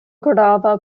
grava